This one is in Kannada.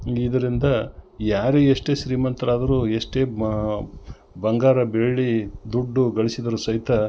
ಇದರಿಂದ ಯಾರೇ ಎಷ್ಟೇ ಶ್ರೀಮಂತರಾದರು ಎಷ್ಟೇ ಮಾ ಬಂಗಾರ ಬೆಳ್ಳಿ ದುಡ್ಡು ಗಳಿಸಿದರೂ ಸಹಿತ